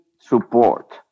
support